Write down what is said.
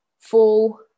full